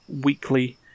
weekly